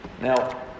Now